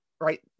right